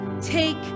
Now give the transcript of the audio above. take